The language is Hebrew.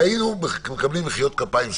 והיינו מקבלים מחיאות כפיים סוערות.